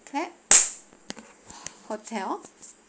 clap hotel